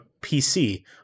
PC